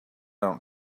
don’t